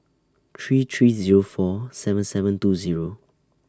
three three Zero four seven seven two Zero